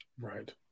Right